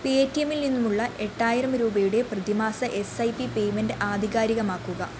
പേ ടി എമ്മിൽ നിന്നുമുള്ള എട്ടായിരം രൂപയുടെ പ്രതിമാസ എസ് ഐ പി പേയ്മെൻറ്റ് ആധികാരികമാക്കുക